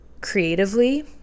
creatively